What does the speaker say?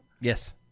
Yes